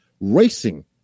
racing